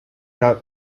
out